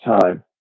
time